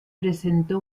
presentó